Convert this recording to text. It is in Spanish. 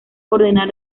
ordenar